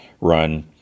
run